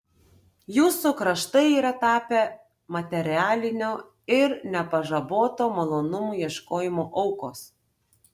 jūsų kraštai yra tapę materialinio ir nepažaboto malonumų ieškojimo aukos